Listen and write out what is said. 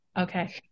Okay